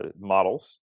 models